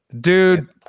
Dude